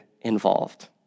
involved